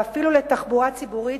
ואפילו לתחבורה ציבורית,